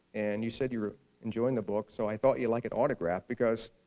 and you said you were enjoying the book, so i thought you'd like an autograph, because,